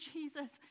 Jesus